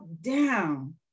down